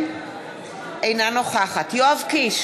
אינה נוכחת יואב קיש,